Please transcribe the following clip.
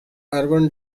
urban